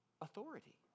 authority